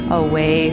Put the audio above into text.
away